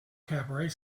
cabaret